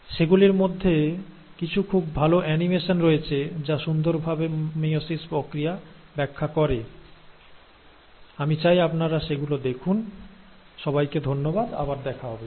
সেগুলির মধ্যে কিছু খুব ভালো অ্যানিমেশন রয়েছে যা সুন্দর ভাবে মিয়োসিস প্রক্রিয়া ব্যাখ্যা করে আমি চাই আপনারা সেগুলো দেখুন সবাইকে ধন্যবাদ আবার দেখা হবে